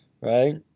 Right